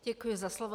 Děkuji za slovo.